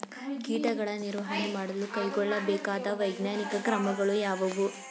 ಕೀಟಗಳ ನಿರ್ವಹಣೆ ಮಾಡಲು ಕೈಗೊಳ್ಳಬೇಕಾದ ವೈಜ್ಞಾನಿಕ ಕ್ರಮಗಳು ಯಾವುವು?